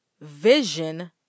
vision